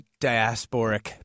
diasporic